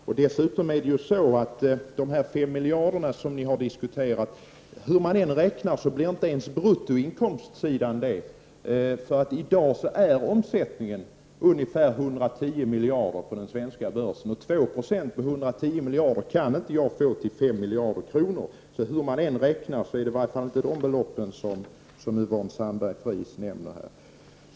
Här diskuteras vidare en skatteintäkt om 5 miljarder kronor, men hur man än räknar blir inte ens bruttoinkomsten så hög. Omsättningen på den svenska börsen uppgår för närvarande till 110 miljarder, och jag kan inte finna att 2 20 härav blir 5 miljarder. Hur man än räknar blir det inte sådana belopp som Yvonne Sandberg-Fries nämner här.